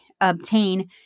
obtain